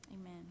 amen